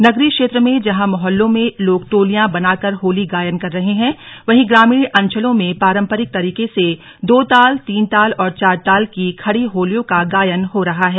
नगरीय क्षेत्र में जहां मोहल्लों में लोग टोलियां बनाकर होली गायन कर रहे हैं वहीं ग्रामीण अंचलों में पारंपरिक तरीके से दो ताल तीन ताल और चार ताल की खड़ी होलियों का गायन हो रहा है